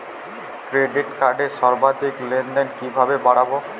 Credit কার্ডের সর্বাধিক লেনদেন কিভাবে বাড়াবো?